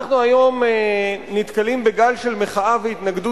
אנחנו היום נתקלים בגל של מחאה והתנגדות